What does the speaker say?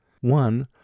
One